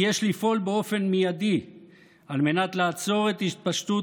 כי יש לפעול באופן מיידי על מנת לעצור את התפשטות